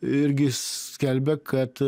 irgi skelbia kad